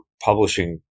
publishing